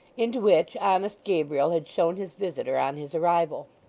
into which honest gabriel had shown his visitor on his arrival.